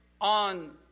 on